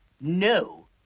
no